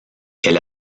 elle